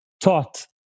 taught